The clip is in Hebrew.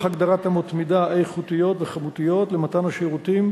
הגדרת אמות מידה איכותיות וכמותיות למתן השירותים,